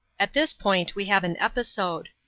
at this point we have an episode